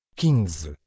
quinze